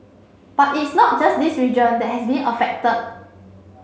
but it's not just this region that has been affected